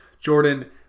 Jordan